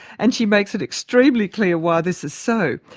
and she makes it extremely clear why this is so.